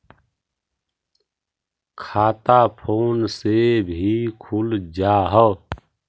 खाता फोन से भी खुल जाहै?